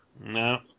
No